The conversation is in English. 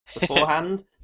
beforehand